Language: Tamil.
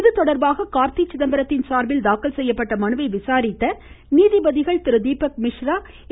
இதுதொடர்பாக கார்த்தி சிதம்பரத்தின் சார்பில் தாக்கல் செய்யப்பட்ட மனுவை விசாரித்த நீதிபதிகள் தீபக் மிஸ்ரா ஏ